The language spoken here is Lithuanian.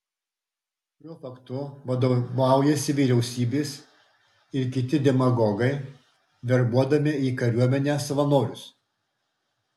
šiuo faktu vadovaujasi vyriausybės ir kiti demagogai verbuodami į kariuomenę savanorius